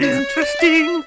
Interesting